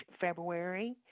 february